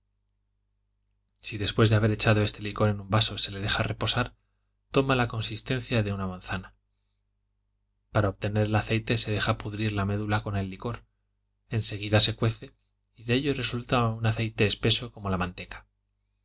si después de haber echado este licor en un vaso se le deja reposar toma la consistencia de una manzana para obtener el aceite se deja pudrir la medula con el licor en seguida se cuece y de ello resulta un aceite espeso como la manteca